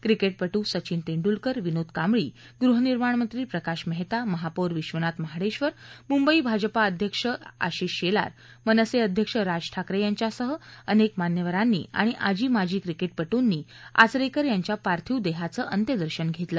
क्रिकेटपटू सचिन तेंडूलकर विनोद कांबळी गृहनिर्माण मंत्री प्रकाश मेहता महापोर विश्वनाथ महाडेक्षर मुंबई भाजपा अध्यक्ष आशिष शेलार मनसे अध्यक्ष राज ठाकरे यांच्यासह अनेक मान्यवरांनी आणि आजीमाजी क्रिकेटपटूंनी आचरेकर यांच्या पार्थिक देहाचं अंत्यदर्शन घेतलं